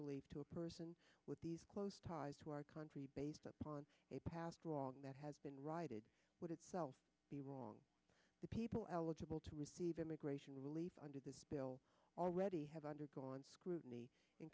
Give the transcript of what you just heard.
relief to a person with these close ties to our country based upon a past wrong that has been righted would itself be wrong the people eligible to receive immigration relief under this bill already have undergone scrutiny in